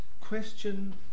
question